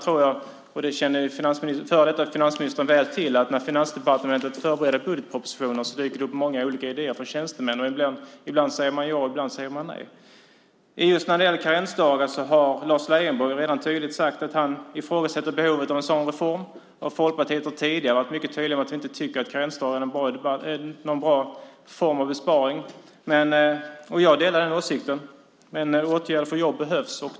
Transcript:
Före detta finansministern känner väl till att när Finansdepartementet förbereder budgetpropositionen dyker det upp många olika idéer från tjänstemännen. Ibland säger man ja, och ibland säger man nej. När det gäller karensdagarna har Lars Leijonborg tydligt sagt att han ifrågasätter behovet av en sådan reform. Folkpartiet har tidigare tydligt framfört att vi inte tycker att karensdagar är en bra form av besparing. Jag delar den åsikten, men åtgärder för jobb behöver vidtas.